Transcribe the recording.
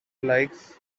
like